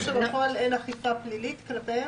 אתה אומר שבפועל אין אכיפה פלילית לגביהם?